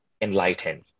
enlightened